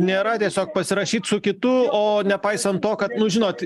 nėra tiesiog pasirašyt su kitu o nepaisant to kad nu žinot